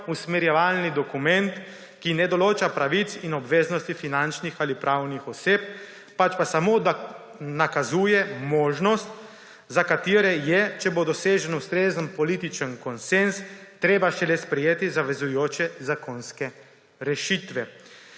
usmerjevalni dokument, ki ne določa pravic in obveznosti finančnih ali pravnih oseb, pač pa samo nakazuje možnost, za katere je, če bo dosežen ustrezen političen konsenz, treba šele sprejeti zavezujoče zakonske rešitve.